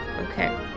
Okay